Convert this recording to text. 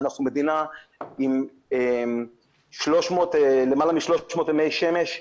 אנחנו מדינה עם למעלה מ-300 ימי שמש.